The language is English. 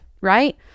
right